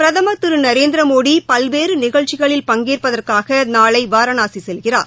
பிரதம் திரு நரேந்திரமோடி பல்வேறு நிகழ்ச்சிகளில் பங்கேற்பதற்காக நாளை வாரணாசி செல்கிறார்